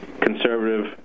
conservative